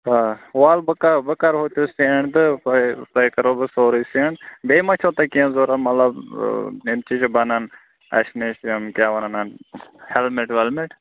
آ وَلہٕ بہٕ کَرٕ بہٕ کَرٕہَو تۄہہِ سیٚنٛڈ تہٕ تۄہہِ تۄہہِ کَرَو بہٕ سورُے سیٚنٛڈ بیٚیہِ ما چھُو تۄہہِ کیٛاہ ضروٗرت مطلب یِم تہِ چھِ بَنَن اَسہِ نِش یِم کیٛاہ وَنان ہیلمیٚٹ ویلمیٚٹ